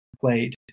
played